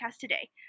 today